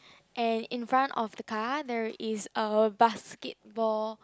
and in front of the car there is a basketball